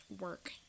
work